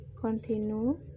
continue